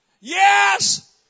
Yes